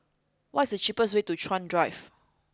what is the cheapest way to Chuan Drive